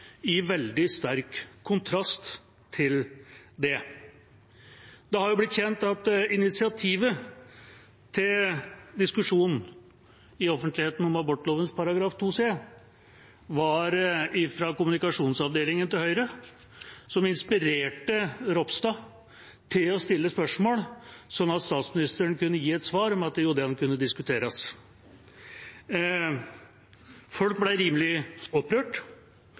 i veldig sterk kontrast til det. Det er blitt kjent at initiativet til diskusjonen i offentligheten om abortloven § 2 c kom fra kommunikasjonsavdelingen til Høyre, som inspirerte representanten Ropstad til å stille spørsmål, slik at statsministeren kunne gi et svar om at jo, den kunne diskuteres. Folk ble rimelig opprørt